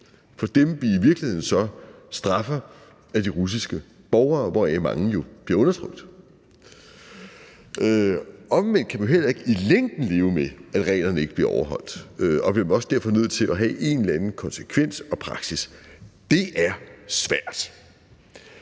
for dem, vi så i virkeligheden straffer, er de russiske borgere, hvoraf mange jo bliver undertrykt. Omvendt kan man jo heller ikke i længden leve med, at reglerne ikke bliver overholdt, og det er derfor også nødvendigt, at der er en eller anden konsekvens og praksis. Det er svært.